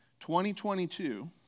2022